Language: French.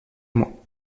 moi